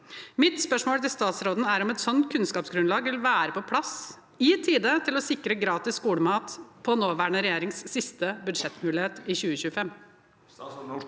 Mitt spørsmål til statsråden er om et sånt kunnskapsgrunnlag vil være på plass i tide til å sikre gratis skolemat på nåværende regjerings siste budsjettmulighet i 2025.